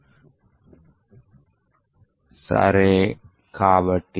కాబట్టి మనము దీన్ని ఈ క్రింది విధంగా చేస్తాము కాబట్టి మనము Python payload generator